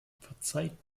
verzeiht